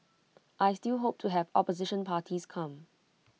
I still hope to have opposition parties come